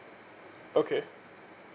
okay